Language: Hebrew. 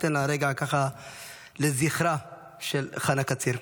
ניתן רגע לזכרה של חנה קציר.